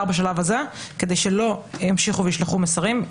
בשלב הזה כדי שלא ימשיכו וישלחו מסרים,